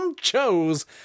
chose